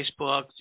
Facebook